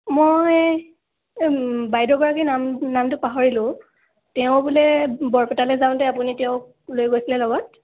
মই বাইদেউগৰাকীৰ নাম নামটো পাহৰিলোঁ তেওঁ বোলে বৰপেটালৈ যাওঁতে আপুনি তেওঁক লৈ গৈছিলে লগত